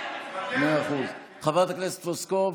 מאה אחוז, חברת הכנסת פלוסקוב,